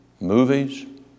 movies